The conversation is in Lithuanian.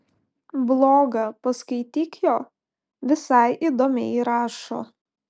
blogą paskaityk jo visai įdomiai rašo